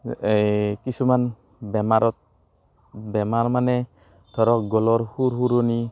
এই কিছুমান বেমাৰত বেমাৰ মানে ধৰক গলৰ সুৰসুৰণি